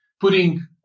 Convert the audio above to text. putting